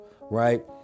right